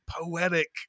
poetic